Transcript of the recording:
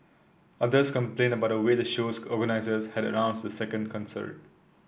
others complained about the way the show's organisers had announced the second concert